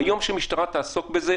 ביום שמשטרה תעסוק בזה,